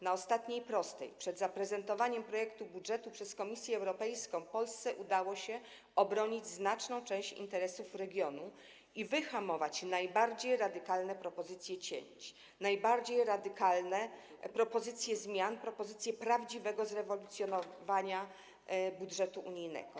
Na ostatniej prostej przed zaprezentowaniem projektu budżetu przez Komisję Europejską Polsce udało się obronić znaczną część interesów regionu i wyhamować najbardziej radykalne propozycje cięć, najbardziej radykalne propozycje zmian, propozycje prawdziwego zrewolucjonizowania budżetu unijnego.